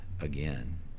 again